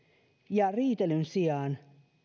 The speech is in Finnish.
ja riitelyn sijaan